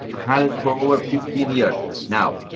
had it for over fifteen years now.